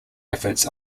efforts